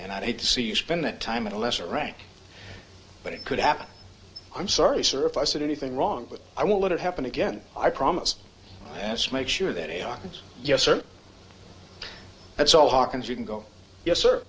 and i hate to see you spend that time in a lesser rank but it could happen i'm sorry sir if i said anything wrong but i won't let it happen again i promise as make sure that a on yes sir that's all hawkins you can go yes sir